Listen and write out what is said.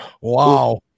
Wow